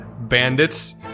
bandits